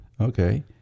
Okay